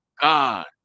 God